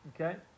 Okay